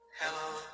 hello